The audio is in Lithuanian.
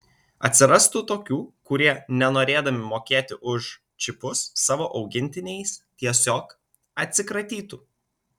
atsirastų tokių kurie nenorėdami mokėti už čipus savo augintiniais tiesiog atsikratytų